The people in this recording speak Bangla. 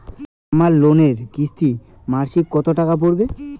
আমার লোনের কিস্তি মাসিক কত টাকা পড়বে?